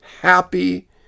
happy